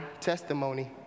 testimony